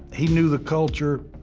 he knew the culture,